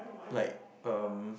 like uh